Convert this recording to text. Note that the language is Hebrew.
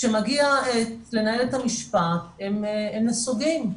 כשמגיע לנהל את המשפט הם נסוגים.